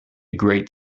great